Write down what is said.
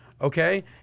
Okay